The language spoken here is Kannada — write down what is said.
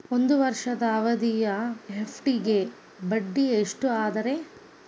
ಒಂದ್ ವರ್ಷದ ಅವಧಿಯ ಎಫ್.ಡಿ ಗೆ ಬಡ್ಡಿ ಎಷ್ಟ ಅದ ರೇ?